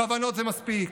כוונות זה מספיק.